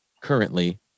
currently